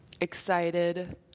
excited